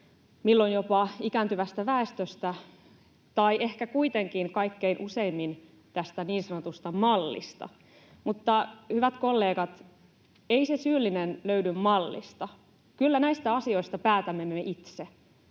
milloin jopa ikääntyvästä väestöstä ja ehkä kuitenkin kaikkein useimmin tästä niin sanotusta mallista. Mutta, hyvät kollegat, ei se syyllinen löydy mallista. Kyllä näistä asioista päätämme me itse,